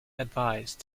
advise